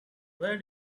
where